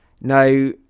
now